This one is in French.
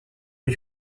les